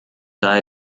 daher